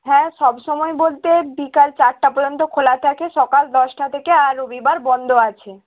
হ্যাঁ সব সময় বলতে বিকাল চারটা পর্যন্ত খোলা থাকে সকাল দশটা থেকে আর রবিবার বন্ধ আছে